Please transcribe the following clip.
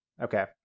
Okay